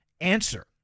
answer